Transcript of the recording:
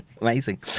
amazing